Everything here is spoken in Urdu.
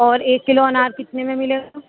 اور ایک کلو انار کتنے میں ملے گا